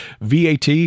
VAT